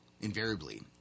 invariably